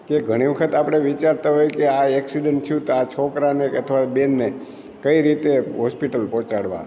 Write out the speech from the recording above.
કે ઘણી વખત આપણે વિચારતા હોઈ કે આ એક્સિડંન્ટ થયું તો આ છોકરાને કે અથવા બેનને કઈ રીતે હોસ્પિટલ પહોંચાડવા